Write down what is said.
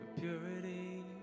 purity